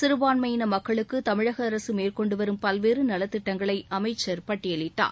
சிறபான்மையின மக்களுக்கு கமிழக அரசு மேற்கொண்டு வரும் பல்வேறு நலத்திட்டங்களை அமைச்சர் பட்டியலிட்டார்